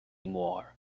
more